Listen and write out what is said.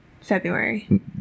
February